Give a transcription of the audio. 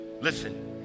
Listen